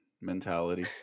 mentality